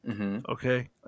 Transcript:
Okay